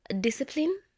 discipline